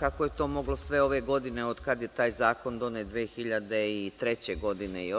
Kako je to moglo sve ove godine od kada je taj zakon donet 2003. godine,